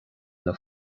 ina